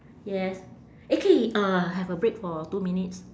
yes eh K uh have a break for two minutes